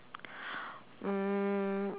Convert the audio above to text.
um